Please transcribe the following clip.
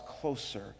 closer